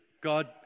God